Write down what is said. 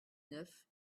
neuf